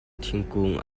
thingkung